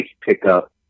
pickup